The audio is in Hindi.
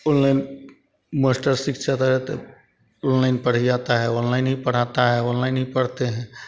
अनलाइन अनलाइन पढ़ आता है अनलाइन ही पढ़ाता है अनलाइन ही पढ़ता है